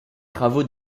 travaux